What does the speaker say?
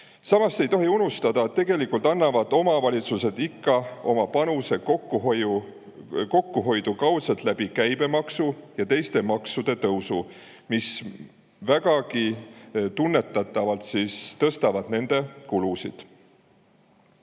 Samas ei tohi unustada, et tegelikult annavad omavalitsused ikka kaudselt oma panuse kokkuhoidu käibemaksu ja teiste maksude tõusu kaudu, mis vägagi tunnetatavalt tõstavad nende kulusid.